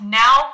now